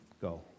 Go